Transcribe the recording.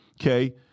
okay